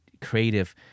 creative